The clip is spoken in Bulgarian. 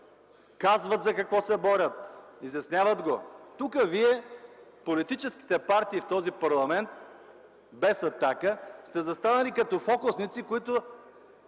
казват за какво се борят, изясняват го. Тук вие, политическите партии в този парламент, без „Атака”, сте застанали като фокусници, които